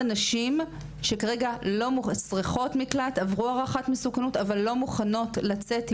נשים שעברו הערכת מסוכנות אבל לא מוכנות לצאת בלי הילדים.